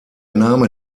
name